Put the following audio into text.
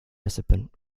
recipient